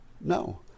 No